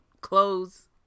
clothes